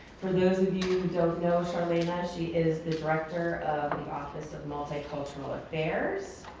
for those of you who don't know charlana, she is the director of the office of multicultural affairs.